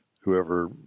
whoever